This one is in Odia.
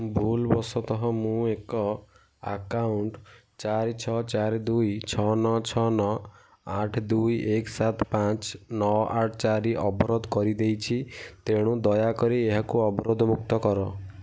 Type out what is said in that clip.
ଭୁଲ ବଶତଃ ମୁଁ ଏକ ଆକାଉଣ୍ଟ୍ ଚାରି ଛଅ ଚାରି ଦୁଇ ଛଅ ନଅ ଛଅ ନଅ ଆଠ ଦୁଇ ଏକ ସାତ ପାଞ୍ଚ ନଅ ଆଠ ଚାରି ଅବରୋଧ କରିଦେଇଛି ତେଣୁ ଦୟାକରି ଏହାକୁ ଅବରୋଧମୁକ୍ତ କର